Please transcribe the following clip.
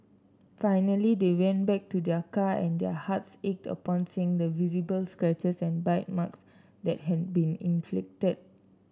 finally they went back to their car and their hearts ached upon seeing the visible scratches and bite marks that had been inflicted